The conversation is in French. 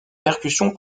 percussions